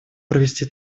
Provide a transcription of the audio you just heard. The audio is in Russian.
провести